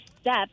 step